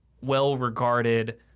well-regarded